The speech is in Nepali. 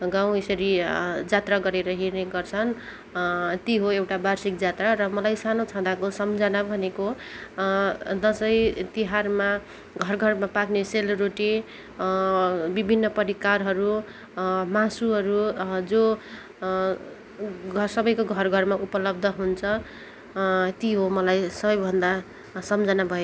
गाउँ यसरी जात्रा गरेर हिँड्ने गर्छन् त्यो हो एउटा वार्षिक जात्रा र मलाई सानो छँदाको सम्झना भनेको दसैँ तिहारमा घर घरमा पाक्ने सेलरोटी विभिन्न परिकारहरू मासुहरू जो घर सबैको घर घरमा उपलब्ध हुन्छ त्यो हो मलाई सबैभन्दा सम्झना भएको